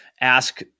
ask